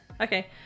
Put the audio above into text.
Okay